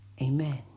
Amen